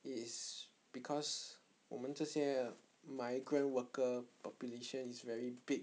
is because 我们这些 migrant worker population is very big